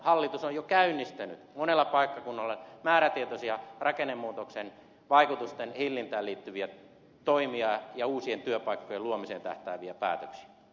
hallitus on jo käynnistänyt monella paikkakunnalla määrätietoisia rakennemuutoksen vaikutusten hillintään liittyviä toimia ja uusien työpaikkojen luomiseen tähtääviä päätöksiä